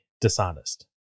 dishonest